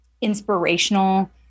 inspirational